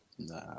Nah